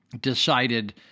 decided